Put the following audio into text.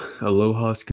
aloha